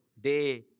day